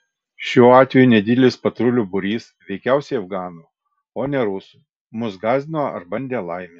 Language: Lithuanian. šiuo atveju nedidelis patrulių būrys veikiausiai afganų o ne rusų mus gąsdino ar bandė laimę